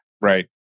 Right